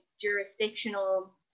jurisdictional